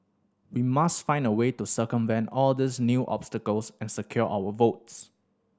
we must find a way to circumvent all these new obstacles and secure our votes